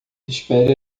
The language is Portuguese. espere